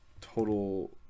total